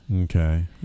Okay